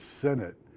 Senate